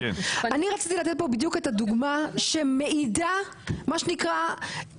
אני רציתי לתת פה בדיוק את הדוגמה שמעידה מה שנקרא,